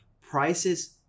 prices